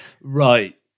Right